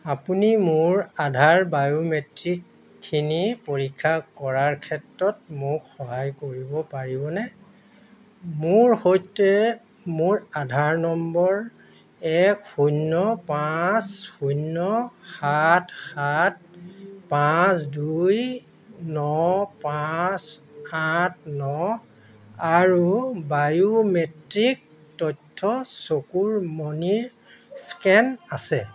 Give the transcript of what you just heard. আপুনি মোৰ আধাৰ বায়োমেট্ৰিকখিনি পৰীক্ষা কৰাৰ ক্ষেত্ৰত মোক সহায় কৰিব পাৰিবনে মোৰ সৈতে মোৰ আধাৰ নম্বৰ এক শূন্য পাঁচ শূন্য সাত সাত পাঁচ দুই ন পাঁচ আঠ ন আৰু বায়োমেট্ৰিক তথ্য চকুৰ মণিৰ স্কেন আছে